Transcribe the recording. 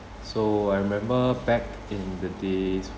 so I remember back in the days